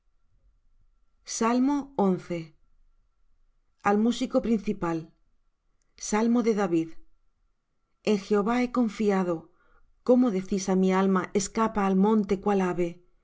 la tierra al músico principal salmo de david en jehová he confiado cómo decís á mi alma escapa al monte cual ave